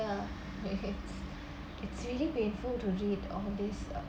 ya it's it's really painful to read all these